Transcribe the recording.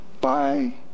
Bye